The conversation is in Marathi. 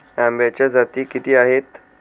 आंब्याच्या जाती किती आहेत?